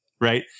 right